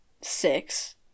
six